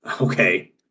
Okay